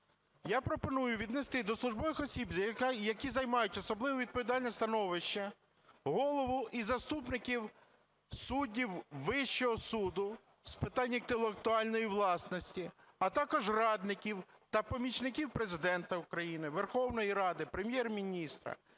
Я пропоную віднести до службових осіб, які займають особливо відповідальне становище, голову і заступників суддів, Вищого суду з питань інтелектуальної власності, а також радників та помічників Президента України, Верховної Ради, Прем'єр-міністра.